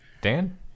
Dan